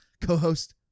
Co-host